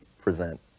present